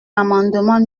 l’amendement